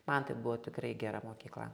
man tai buvo tikrai gera mokykla